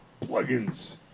plugins